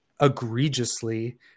egregiously